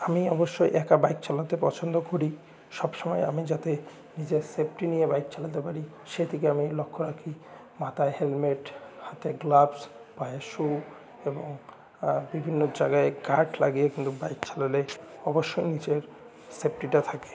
আমি অবশ্য একা বাইক চালাতে পছন্দ করি সব সময় আমি যাতে নিজের সেফটি নিয়ে বাইক চালাতে পারি সেদিকে আমি লক্ষ্য রাখি মাথায় হেলমেট হাতে গ্লাভস পায়ে শু এবং বিভিন্ন জায়গায় গার্ড লাগিয়ে কিন্তু বাইক চালালে অবশ্যই নিজের সেফটিটা থাকে